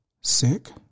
sick